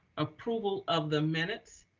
approval of the minutes.